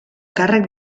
càrrec